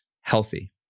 healthy